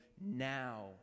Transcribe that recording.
now